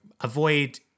avoid